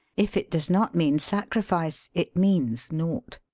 if it does not mean sacrifice, it means naught.